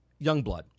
Youngblood